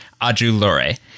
Ajulore